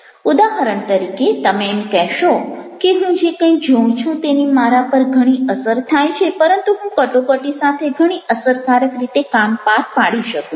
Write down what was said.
ઉદાહરણ તરીકે તમે એમ કહો કે હું જે કંઈ જોઉં છું તેની મારા પર ઘણી અસર થાય છે પરંતુ હું કટોકટી સાથે ઘણી અસરકારક રીતે કામ પાર પાડી શકું છું